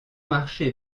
marché